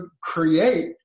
create